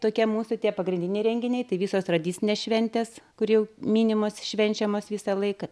tokia mūsų tie pagrindiniai renginiai tai visos tradicinės šventės kur jau minimas švenčiamas visą laiką